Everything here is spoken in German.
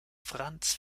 franz